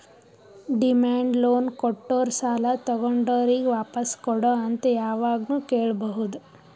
demand loan ಕೊಟ್ಟೋರು ಸಾಲ ತಗೊಂಡೋರಿಗ್ ವಾಪಾಸ್ ಕೊಡು ಅಂತ್ ಯಾವಾಗ್ನು ಕೇಳ್ಬಹುದ್